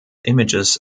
images